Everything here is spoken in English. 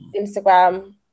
instagram